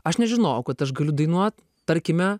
aš nežinojau kad aš galiu dainuot tarkime